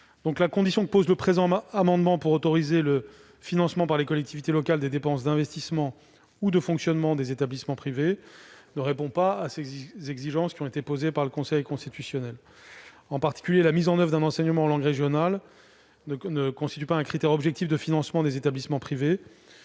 la condition que le présent amendement tend à instaurer pour autoriser le financement, par les collectivités locales, des dépenses d'investissement ou de fonctionnement des établissements privés ne répond pas à ces exigences du Conseil constitutionnel. En particulier, l'offre d'un enseignement en langue régionale ne constitue pas un critère objectif de financement des établissements privés,